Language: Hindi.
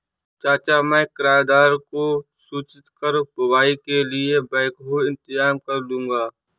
चाचा मैं किराएदार को सूचित कर बुवाई के लिए बैकहो इंतजाम करलूंगा